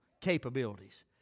capabilities